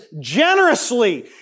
generously